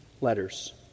letters